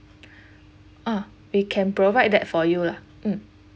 ah we can provide that for you lah